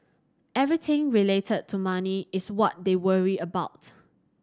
everything related to money is what they worry about